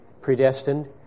predestined